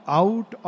out